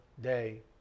day